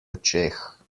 očeh